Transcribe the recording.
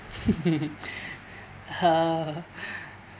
uh